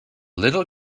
little